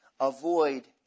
avoid